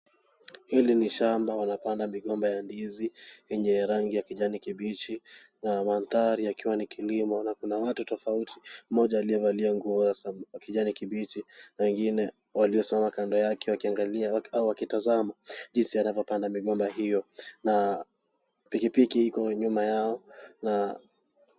Hili ni shamba wanapanda migomba ya ndizi yenye rangi ya kijani kibichi. Na mandhari yakiwa ni kilimo. Na kuna watu tofauti mmoja aliyevalia nguo za kijani kibichi na ingine waliosimama kando yake wakiangalia au wakitazama jinsi anavyopanda migomba hiyo. Na pikipiki iko nyuma yao na.